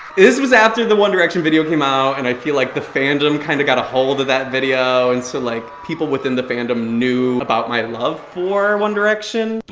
this was after the one direction video came out and i feel like the fandom kind of got ahold of that video. and so like people within the fandom knew about my love for one direction.